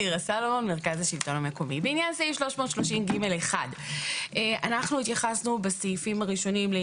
בעניין סעיף 330ג1 בסעיפים הראשונים התייחסנו